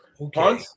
okay